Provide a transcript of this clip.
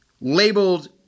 labeled